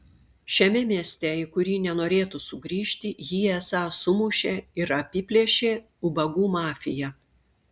šiame mieste į kurį nenorėtų sugrįžti jį esą sumušė ir apiplėšė ubagų mafija